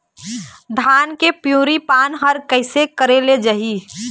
धान के पिवरी पान हर कइसे करेले जाही?